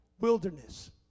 wilderness